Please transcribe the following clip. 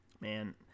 man